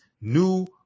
new